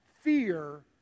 fear